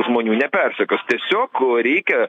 žmonių nepersekios tiesiog reikia